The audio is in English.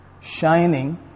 shining